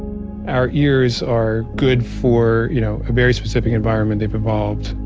our ears are good for you know a very specific environment. they've evolved.